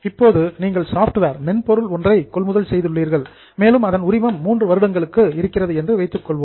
இப்போது நீங்கள் சாப்ட்வேர் மென்பொருள் ஒன்றை கொள்முதல் செய்துள்ளீர்கள் மேலும் அதன் உரிமம் மூன்று வருடங்களுக்கு இருக்கிறது என்று வைத்துக்கொள்வோம்